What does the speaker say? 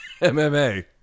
MMA